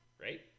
right